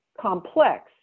complex